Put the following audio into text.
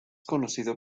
conocido